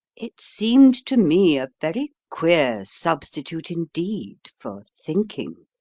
it seemed to me a very queer substitute indeed for thinking.